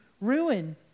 ruin